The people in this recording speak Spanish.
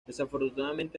desafortunadamente